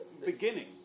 Beginning